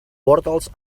portals